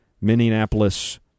Minneapolis